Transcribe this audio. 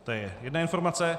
To je jedna informace.